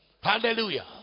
Hallelujah